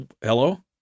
Hello